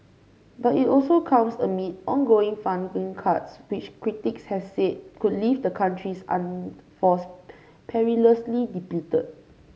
but it also comes amid ongoing funding cuts which critics have said could leave the country's armed forces perilously depleted